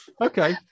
Okay